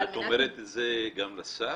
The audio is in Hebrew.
את אומרת את זה גם לשר